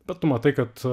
bet tu matai kad